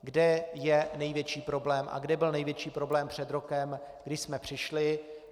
Kde je největší problém a kde byl největší problém před rokem, když jsme přišli?